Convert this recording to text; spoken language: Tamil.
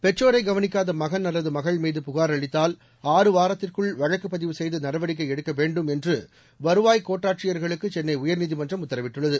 பெற்றோரை கவனிக்காத மகன் அல்லது மகள் மீது புகார் அளித்தால் ஆறு வாரத்திற்குள் வழக்குப் பதிவு செய்து நடவடிக்கை எடுக்க வேண்டும் என்று வருவாய் கோட்டாட்சியர்களுக்கு சென்னை உயர்நீதிமன்றம் உத்தரவிட்டுள்ளது